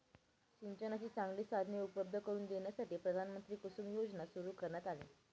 सिंचनाची चांगली साधने उपलब्ध करून देण्यासाठी प्रधानमंत्री कुसुम योजना सुरू करण्यात आली